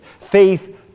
Faith